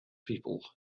people